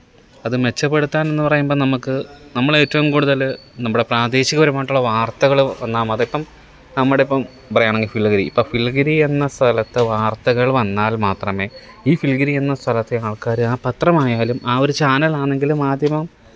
അത് മെച്ചപ്പെട്ത്താന് എന്ന് പറയുമ്പം നമുക്ക് നമ്മളേറ്റവും കൂടുതല് നമ്മുടെ പ്രാദേശികപരമായിട്ടുള്ള വാര്ത്തകള് വന്നാൽ മതി അപ്പം നമ്മുടെ ഇപ്പം പറയാണെങ്കില് ഫിൽഗിരി ഇപ്പം ഫില്ഗിരിയെന്ന സ്ഥലത്ത് വാര്ത്തകള് വന്നാല് മാത്രമേ ഈ ഫില്ഗിരിയെന്ന സ്ഥലത്തെ ആള്ക്കാര് ആ പത്രമായാലും ആ ഒര് ചാനലാണെങ്കിലും മാധ്യമം